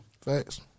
Facts